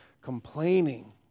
complaining